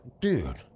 Dude